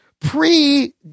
pre